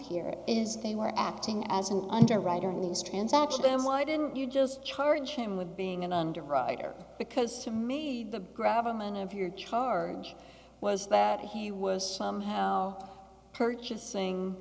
here is they were acting as an underwriter in these transactions why didn't you just charge him with being an underwriter because to me the grab a minute of your charge was that he was purchasing